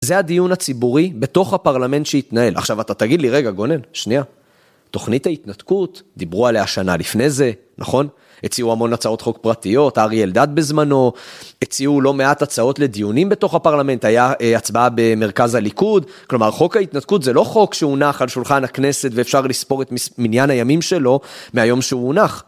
זה הדיון הציבורי בתוך הפרלמנט שהתנהל, עכשיו אתה תגיד לי רגע גונן, שנייה, תוכנית ההתנתקות, דיברו עליה שנה לפני זה, נכון? הציעו המון הצעות חוק פרטיות, אריה אלדד בזמנו, הציעו לא מעט הצעות לדיונים בתוך הפרלמנט, היה הצבעה במרכז הליכוד, כלומר חוק ההתנתקות זה לא חוק שהונח על שולחן הכנסת ואפשר לספור את מיס מניין הימים שלו, מהיום שהוא הונח.